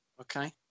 Okay